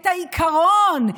את העיקרון,